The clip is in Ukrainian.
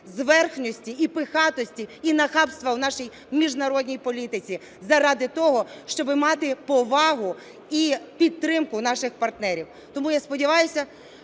зверхності і пихатості, і нахабства в нашій міжнародній політиці заради того, щоби мати повагу і підтримку в наших партнерів. Тому я сподіваюся,